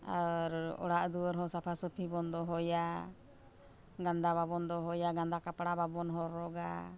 ᱟᱨ ᱚᱲᱟᱜᱼᱫᱩᱣᱟᱹᱨ ᱦᱚᱸ ᱥᱟᱯᱷᱟᱼᱥᱟᱹᱯᱷᱤ ᱵᱚᱱ ᱫᱚᱦᱚᱭᱟ ᱜᱟᱸᱫᱟ ᱵᱟᱵᱚᱱ ᱫᱚᱦᱚᱭᱟ ᱜᱟᱸᱫᱟ ᱠᱟᱯᱲᱟ ᱵᱟᱵᱚᱱ ᱦᱚᱨᱚᱜᱟ